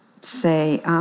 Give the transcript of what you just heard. say